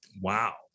Wow